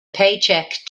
paycheck